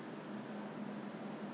because I member for so long I